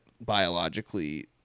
biologically